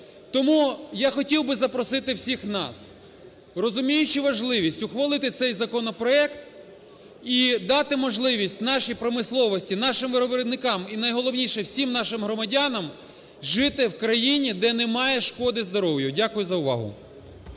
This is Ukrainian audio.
Тому я хотів би запросити всіх нас, розуміючи важливість, ухвалити цей законопроект і дати можливість нашій промисловості, нашим виробникам і, найголовніше, всім нашим громадянам жити в країні, де немає шкоди здоров'ю. Дякую за увагу.